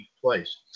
place